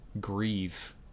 grieve